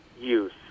use